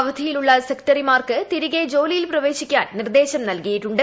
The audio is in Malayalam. അവധിയിലുള്ള സെക്രട്ടറിമാർ തിരികെ ജോലിയിൽ പ്രവേശിക്കാൻ നിർദ്ദേശം നൽകിയിട്ടുണ്ട്